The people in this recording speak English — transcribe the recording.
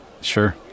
Sure